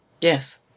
Yes